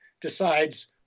decides